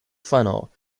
funnel